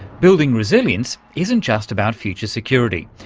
building resilience isn't just about future security,